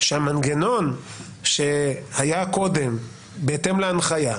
שהמנגנון שהיה קודם בהתאם להנחיה,